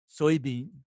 soybean